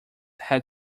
had